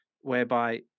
whereby